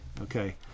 Okay